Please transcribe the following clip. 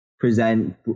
present